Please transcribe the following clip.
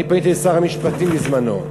פניתי לשר המשפטים בזמנו.